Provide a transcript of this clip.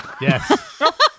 Yes